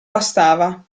bastava